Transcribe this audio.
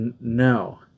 no